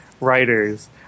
writers